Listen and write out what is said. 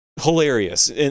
hilarious